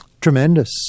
Tremendous